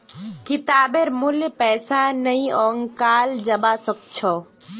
किताबेर मूल्य पैसा नइ आंकाल जबा स ख छ